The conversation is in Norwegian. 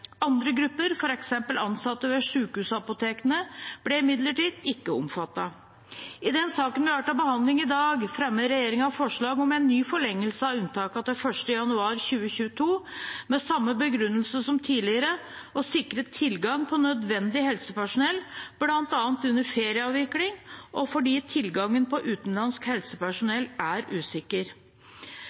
Andre grupper, f.eks. ansatte ved sykehusapotekene, ble imidlertid ikke omfattet. I den saken vi har til behandling i dag, fremmer regjeringen forslag om en ny forlengelse av unntaket til 1. januar 2022, med samme begrunnelse som tidligere: å sikre tilgang på nødvendig helsepersonell, bl.a. under ferieavvikling og fordi tilgangen på utenlandsk helsepersonell er usikker.